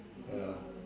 ya